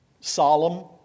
solemn